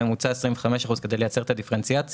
ממוצע 25 אחוזים כדי לייצר את הדיפרנציאציה.